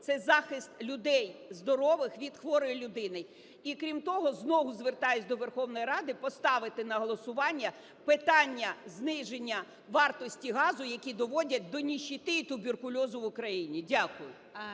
– захист людей здорових від хворої людини. І крім того, знову звертаюсь до Верховної Ради поставити на голосування питання зниження вартості газу, які доводять до нищеты і туберкульозу в Україні. Дякую.